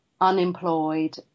unemployed